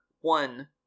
one